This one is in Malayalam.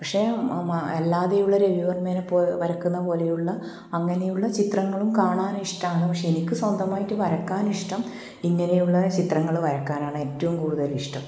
പക്ഷേ അല്ലാതെയുള്ള രവിവർമ്മെനെ പോലെ വരയ്ക്കുന്ന പോലെയുള്ള അങ്ങനെയുള്ള ചിത്രങ്ങൾ കാണാൻ ഇഷ്ട്ടമാണ് പക്ഷേ എനിക്ക് സ്വന്തമായിട്ട് വരയ്ക്കാൻ ഇഷ്ട്ടം ഇങ്ങനെയുള്ള ചിത്രങ്ങൾ വരയ്ക്കാനാണ് ഏറ്റവും കൂടുതലിഷ്ട്ടം